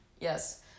yes